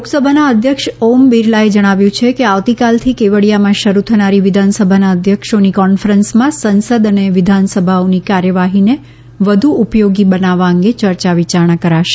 લોકસભાના અધ્યક્ષ ઓમ બિરલાએ જણાવ્યું છે કે આવતીકાલથી કેવડીયામાં શરૂ થનારી વિધાનસભાના અધ્યક્ષોની કોન્ફરન્સમાં સંસદ અને વિધાનસભાઓની કાર્યવાહીને વધુ ઉપયોગી બનાવવા અંગે ચર્ચા વિચારણા કરાશે